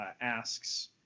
asks